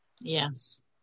Yes